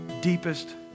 deepest